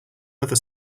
other